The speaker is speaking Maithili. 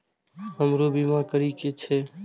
हमरो बीमा करीके छः?